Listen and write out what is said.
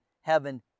heaven